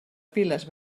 piles